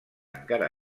encara